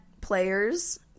players